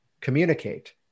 communicate